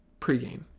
pregame